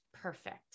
perfect